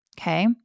Okay